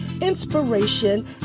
inspiration